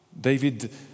David